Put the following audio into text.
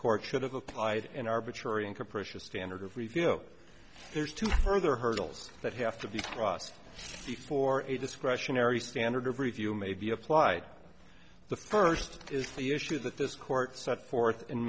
court should have applied an arbitrary and capricious standard of review there's two further hurdles that have to be crossed before a discretionary standard of review may be applied the first is the issue that this court set forth in